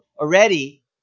already